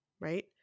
Right